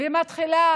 ומתחילה